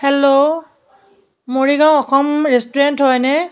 hello Morigaon Assam restaurant হয়নে